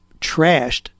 trashed